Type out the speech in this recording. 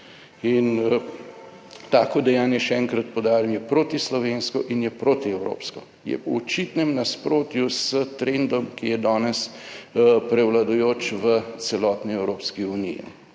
In tako dejanje, še enkrat poudarjam, je proti slovensko in je protievropsko, je v očitnem nasprotju s trendom, ki je danes prevladujoč v celotni Evropski uniji.